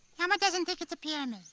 elmo doesn't think it's a pyramid.